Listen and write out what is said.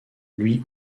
lui